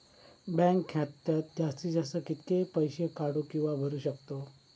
Bank खात्यात जास्तीत जास्त कितके पैसे काढू किव्हा भरू शकतो?